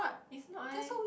is not eh